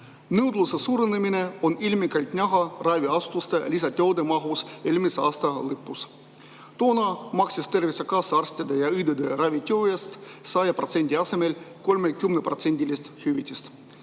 Nõudluse suurenemine on ilmekalt näha raviasutuste lisatööde mahus eelmise aasta lõpus. Toona maksis Tervisekassa arstide ja õdede ravitöö eest 100% asemel 30%‑list hüvitist.